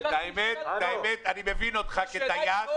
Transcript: אני מבין אותך כטייס,